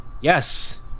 Yes